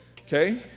okay